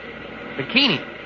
Bikini